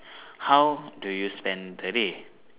how do you spend the day